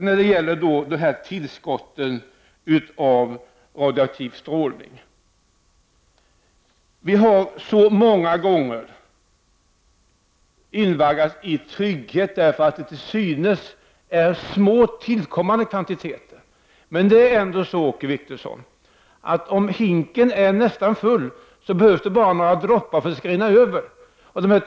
När det sedan gäller tillskotten av radioaktiv strålning har vi så många gånger invaggats i trygghet med hänvisning till att det är fråga om — till synes — små tillkommande kvantiteter. Men det är ju så, Åke Wictorsson, att om hinken är nästan full, behövs det bara några droppar för att den skall rinna över.